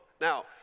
Now